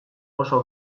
oso